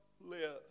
live